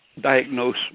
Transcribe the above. diagnose